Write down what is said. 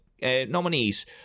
nominees